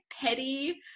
petty